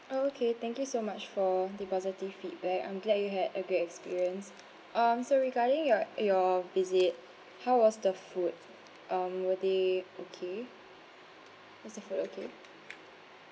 oh okay thank you so much for the positive feedback I'm glad you had a great experience um so regarding your your visit how was the food um were they okay just the food the food